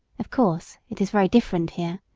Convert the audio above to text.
of course it is very different here,